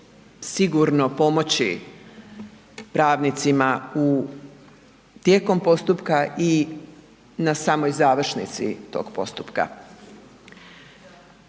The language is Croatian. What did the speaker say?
sigurno pomoći pravnicima u, tijekom postupka i na samoj završnici tog postupka.